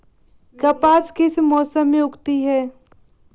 कपास किस मौसम में उगती है?